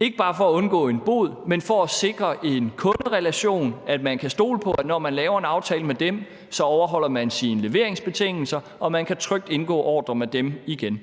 ikke bare for at undgå en bod, men for at sikre en kunderelation, sådan at kunden kan stole på, at når kunden laver en aftale med dem, så overholder de deres leveringsbetingelser, og kunden kan trygt indgå ordreaftaler med dem igen.